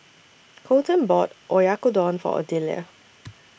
Coleton bought Oyakodon For Odelia